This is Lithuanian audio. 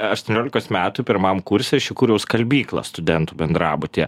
aštuoniolikos metų pirmam kurse aš įkūriau skalbyklą studentų bendrabutyje